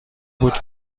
بود